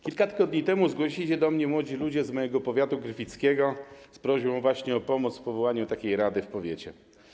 Kilka tygodni temu zgłosili się do mnie młodzi ludzie z mojego powiatu, gryfickiego, z prośbą właśnie o pomoc w powołaniu takiej rady w powiecie.